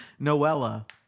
Noella